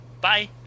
bye